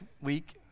week